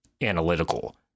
analytical